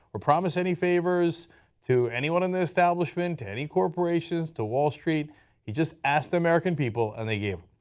or promise any favors to anyone in the establishment, to any corporations, to wall street he just asked the american people and they gave.